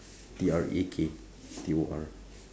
T R A K T O R